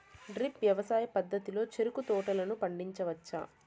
drip వ్యవసాయ పద్ధతిలో చెరుకు తోటలను పండించవచ్చా